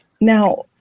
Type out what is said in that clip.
Now